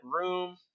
room